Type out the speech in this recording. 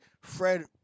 Fred